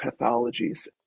pathologies